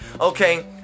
okay